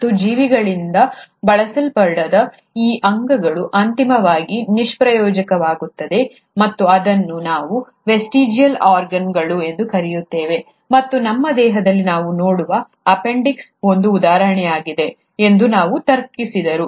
ಮತ್ತು ಜೀವಿಗಳಿಂದ ಬಳಸಲ್ಪಡದ ಆ ಅಂಗಗಳು ಅಂತಿಮವಾಗಿ ನಿಷ್ಪ್ರಯೋಜಕವಾಗುತ್ತವೆ ಮತ್ತು ಅದನ್ನು ನಾವು ವೆಸ್ಟಿಜಿಯಲ್ ಆರ್ಗಾನ್ಗಳು ಎಂದು ಕರೆಯುತ್ತೇವೆ ಮತ್ತು ನಮ್ಮ ದೇಹದಲ್ಲಿ ನಾವು ನೋಡುವ ಅಪೆಂಡಿಕ್ಸ್ ಒಂದು ಉದಾಹರಣೆಯಾಗಿದೆ ಎಂದು ಅವರು ತರ್ಕಿಸಿದರು